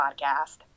podcast